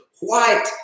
white